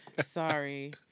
Sorry